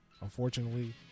Unfortunately